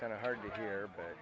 kind of hard to hear but